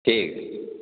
ठीक